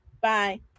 Bye